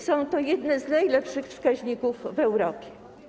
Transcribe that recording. Są to jedne z najlepszych wskaźników w Europie.